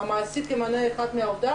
המעסיק ימנה אחד מעובדיו,